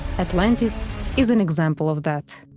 atlantis is an example of that.